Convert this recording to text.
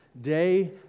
day